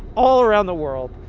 all around the world.